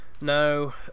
No